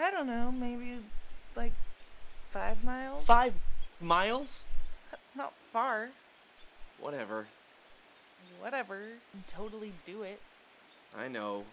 i don't know maybe you like five miles five miles it's not far whatever whatever totally do it i know